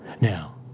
Now